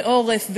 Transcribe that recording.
ועורף,